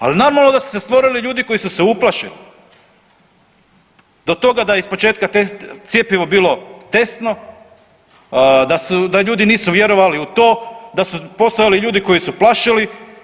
Ali normalno da su se stvorili ljudi koji su se uplašili do toga da je ispočetka cjepivo bilo testno, da ljudi nisu vjerovali u to, da su postojali ljudi koji su plašili.